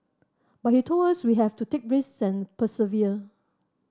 but he told us we have to take reason persevere